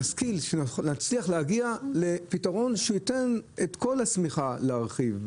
נשכיל שנצליח להגיע לפתרון שהוא ייתן את השמיכה להרחיב,